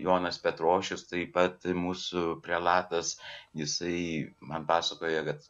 jonas petrošius taip pat mūsų prelatas jisai man pasakoja kad